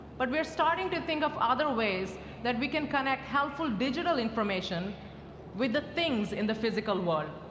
but we're starting to think of other ways that we can connect helpful digital information with the things in the physical world.